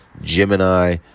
Gemini